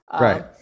right